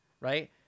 right